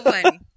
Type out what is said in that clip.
one